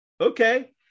okay